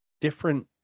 different